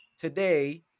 today